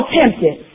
tempted